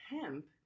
hemp